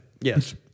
Yes